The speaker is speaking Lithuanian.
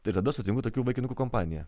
tai tada sutinku tokių vaikinukų kompaniją